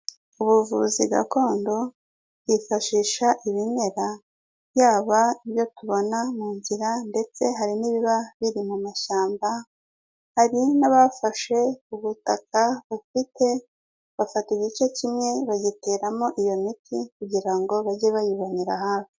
Ubuvuzi gakondo bwifashisha ibimera, yaba ibyo tubona mu nzira ndetse hari n'ibiba biri mu mashyamba, hari n'abafashe ubutaka bafite, bafata igice kimwe bagiteramo iyo miti kugira ngo bajye bayibonera hafi.